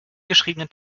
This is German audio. geschriebenen